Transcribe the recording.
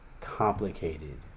complicated